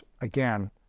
again